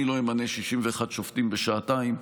אני לא אמנה 61 שופטים בשעתיים,